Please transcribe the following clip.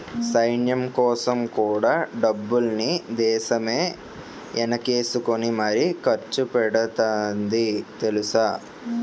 సైన్యంకోసం కూడా డబ్బుల్ని దేశమే ఎనకేసుకుని మరీ ఖర్చుపెడతాంది తెలుసా?